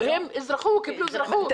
הם קיבלו אזרחות.